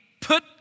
put